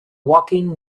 walking